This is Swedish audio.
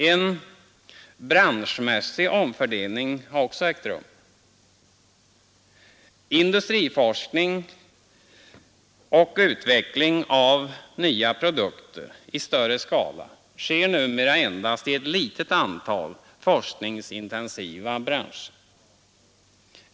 En branschmässig omfördelning har även ägt rum. Industriforskning och utveckling av nya produkter i större skala sker numera endast i ett litet antal forskningsintensiva branscher.